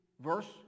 verse